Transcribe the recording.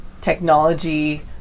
technology